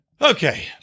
Okay